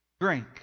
drink